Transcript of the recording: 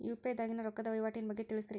UPI ದಾಗಿನ ರೊಕ್ಕದ ವಹಿವಾಟಿನ ಬಗ್ಗೆ ತಿಳಸ್ರಿ